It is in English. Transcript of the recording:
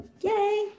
Yay